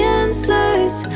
answers